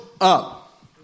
up